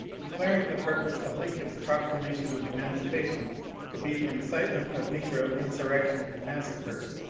de claring the purpose of lincoln's proclamation of emancipa tion to be the incitement of negro insurrection and massacres,